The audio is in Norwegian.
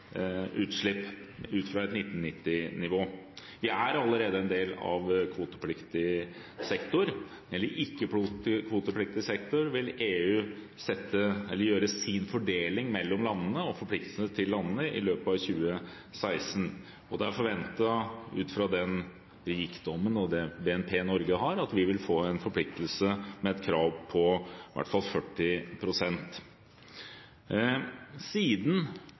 utslipp ut fra et 1990-nivå. Vi er allerede en del av kvotepliktig sektor, men i ikke-kvotepliktig sektor vil EU gjøre sin fordeling mellom landene, og landenes forpliktelser, i løpet av 2016. Det er forventet, ut fra den rikdommen og det BNP Norge har, at vi vil få en forpliktelse, et krav, på i hvert fall 40 pst. Siden